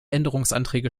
änderungsanträge